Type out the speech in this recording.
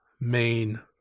main